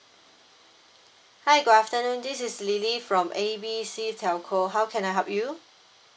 hi good afternoon this is lily from A B C telco how can I help you